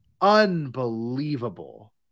Unbelievable